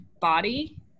body